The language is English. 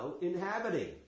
inhabiting